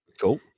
Cool